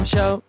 Show